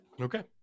Okay